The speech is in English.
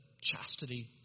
chastity